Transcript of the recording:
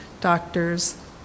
doctors